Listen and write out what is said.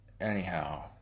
Anyhow